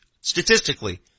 statistically